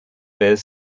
bears